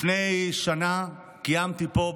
לפני שנה קיימתי פה,